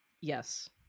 yes